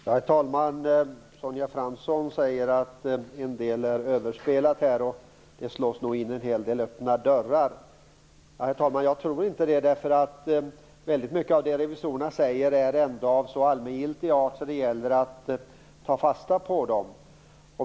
Herr talman! Sonja Fransson säger att en del är överspelat och att det nog slås in en hel del öppna dörrar. Jag tror inte det, därför att väldigt mycket av det som revisorerna säger är ändå av sådan allmängiltig art att det gäller att ta fasta på det.